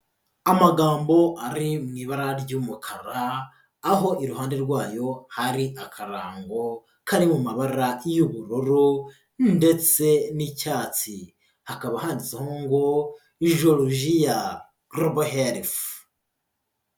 Amagambo ari mu ibara ry'umukara, aho iruhande rwayo hari akarango kari mu mabara y'ubururu ndetse n'icyatsi, hakaba handitseho ngo Georgia Global Health.